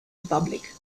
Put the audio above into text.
republic